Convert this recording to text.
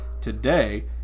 today